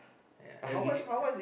uh yeah you you